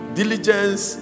diligence